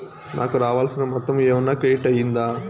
నాకు రావాల్సిన మొత్తము ఏమన్నా క్రెడిట్ అయ్యిందా